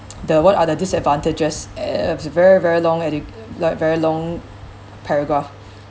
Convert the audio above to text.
the what other disadvantages uh very very long edu~ like very long paragraph